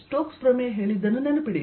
stroke ನ ಪ್ರಮೇಯ ಹೇಳಿದ್ದನ್ನು ನೆನಪಿಡಿ